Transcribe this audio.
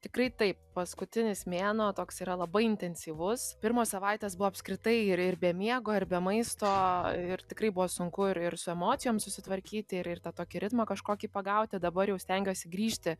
tikrai taip paskutinis mėnuo toks yra labai intensyvus pirmos savaitės buvo apskritai ir ir be miego ir be maisto ir tikrai buvo sunku ir ir su emocijom susitvarkyti ir ir tą tokį ritmą kažkokį pagauti dabar jau stengiuosi grįžti